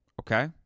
Okay